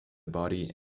body